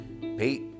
Pete